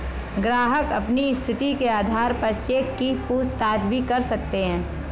ग्राहक अपनी स्थिति के आधार पर चेक की पूछताछ भी कर सकते हैं